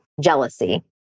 jealousy